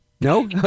no